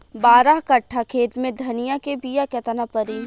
बारह कट्ठाखेत में धनिया के बीया केतना परी?